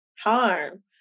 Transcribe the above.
harm